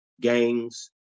gangs